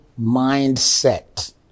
Mindset